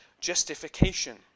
justification